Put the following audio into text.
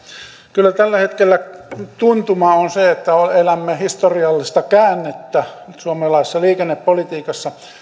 kyllä tällä hetkellä tuntuma on se että elämme historiallista käännettä suomalaisessa liikennepolitiikassa